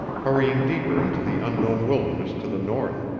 hurrying deeper into the unknown wilderness to the north.